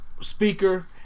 Speaker